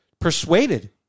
persuaded